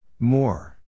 More